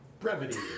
Brevity